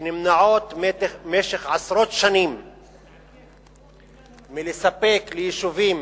שנמנעות במשך עשרות שנים מלספק ליישובים